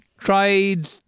Tried